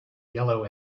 yellow